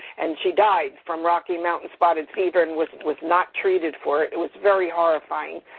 and she died from rocky mountain spotted fever and was was not treated for it. it was very horrifying.